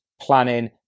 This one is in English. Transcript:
planning